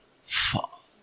Fuck